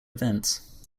events